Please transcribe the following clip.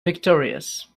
victorious